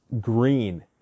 green